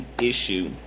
issue